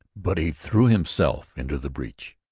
but he threw himself into the breach.